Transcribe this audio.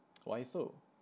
why so